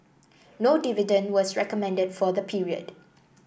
no dividend was recommended for the period